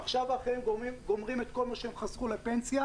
עכשיו גומרים את כל מה שחסכו לפנסיה.